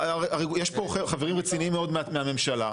יש פה חברים רציניים מאוד מהממשלה,